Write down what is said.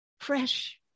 fresh